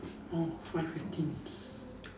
oh five fifteen already